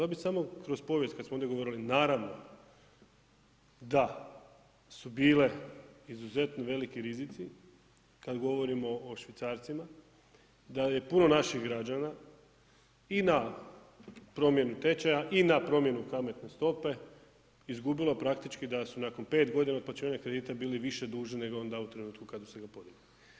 Ja bi samo kroz povijest kad smo ovdje govorili, naravno, da su bile izuzetno veliki rizici kad govorimo o švicarcima, da je puno naših građana i na promjenu tečaja i na promjenu kamatne stope, izgubilo praktički da su nakon 5 godina otplaćivanja kredita bili više dužni nego onda u trenutku kada su ga podigli.